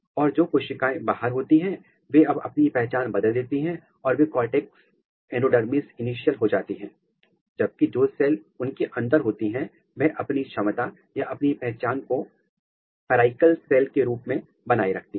और जो कोशिकाएं बाहर होती हैं वे अब अपनी पहचान बदल देती हैं और वे कोर्टेक्स एंडोडर्मिस इनिशियल हो जाती हैं जबकि जो सेल उनके अंदर होता है वह अपनी क्षमता या अपनी पहचान को पेराइकल सेल के रूप में बनाए रखती है